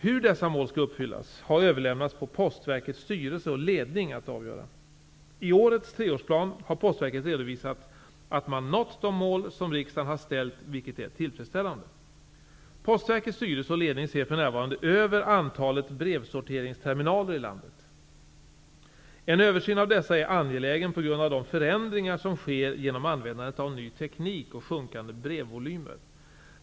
Hur dessa mål skall uppfyllas har överlämnats till Postverkets styrelse och ledning att avgöra. I årets treårsplan har Postverket redovisat att man nått de mål som riksdagen har ställt, vilket är tillfredsställande. Postverkets styrelse och ledning ser för närvarande över antalet brevsorteringsterminaler i landet. En översyn av dessa är angelägen på grund av de förändringar som sker genom användandet av ny teknik och sjunkande brevvolymer.